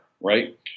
right